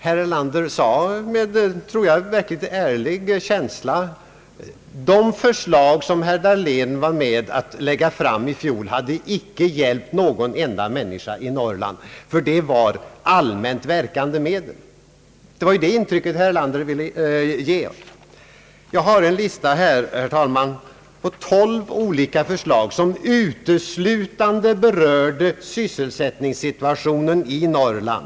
Han sade, jag tror med verkligt ärlig känsla, att de förslag som herr Dahlén var med om att lägga fram i fjol inte skulle ha hjälpt någon enda människa i Norrland, eftersom de gällde allmänt verkande medel. Det var detta intryck herr Erlander ville ge oss. Jag har här en lista, herr talman, på tolv olika förslag som uteslutande rörde sysselsätt ningssituationen i Norrland.